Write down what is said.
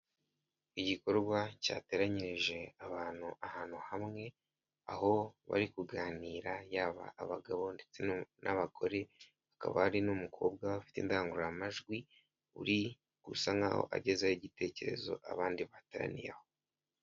Igikorwa cyateranyirije abantu ahantu hamwe aho bari kuganira, yaba abagabo ndetse n'abagore. Hakaba hari n'umukobwa ufite indangururamajwi uri gusa naho ageza igitekerezo ku abandi bateraniye aho.